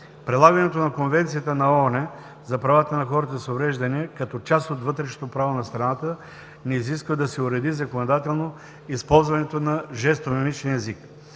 Прилагането на Конвенцията на ООН за правата на хората с увреждания като част от вътрешното право на страната ни изисква да се уреди законодателно използването на жестомимичния език.